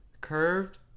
curved